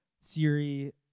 Siri